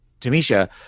Tamisha